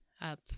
up